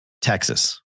Texas